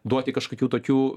duoti kažkokių tokių